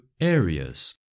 areas